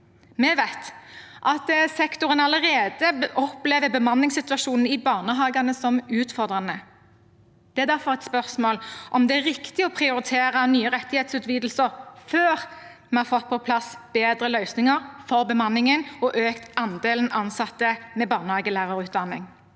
Vi vet at sektoren allerede opplever bemanningssituasjonen i barnehagene som utfordrende. Det er derfor et spørsmål om hvorvidt det er riktig å prioritere nye rettighetsutvidelser før vi har fått på plass bedre løsninger for bemanningen og økt andelen ansatte med barnehagelærerutdanning.